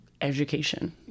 education